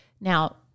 Now